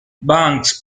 banks